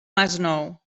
masnou